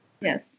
Yes